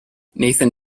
nathan